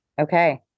Okay